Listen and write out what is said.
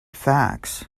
facts